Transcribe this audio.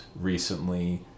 recently